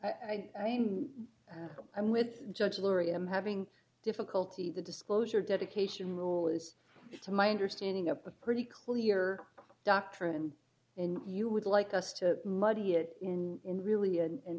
think i mean i'm with judge laurie i'm having difficulty the disclosure dedication rule is to my understanding a pretty clear doctrine in you would like us to muddy it in in really an